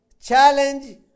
challenge